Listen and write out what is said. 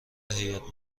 هیات